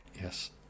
Yes